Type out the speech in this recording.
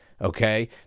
okay